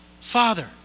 Father